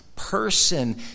Person